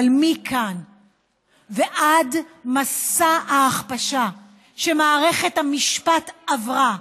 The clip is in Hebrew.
אבל מכאן ועד מסע ההכפשה שמערכת המשפט עברה,